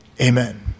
amen